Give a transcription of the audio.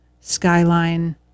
Skyline